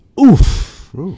Oof